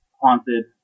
haunted